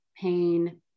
pain